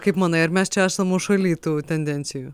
kaip manai ar mes čia esam nuošaly tų tendencijų